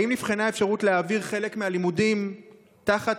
האם נבחנה אפשרות להעביר חלק מהלימודים תחת